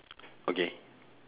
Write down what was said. okay